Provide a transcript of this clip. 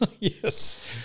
Yes